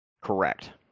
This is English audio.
Correct